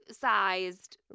sized